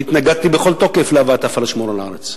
התנגדתי בכל תוקף להבאת הפלאשמורה לארץ.